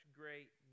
great